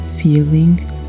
feeling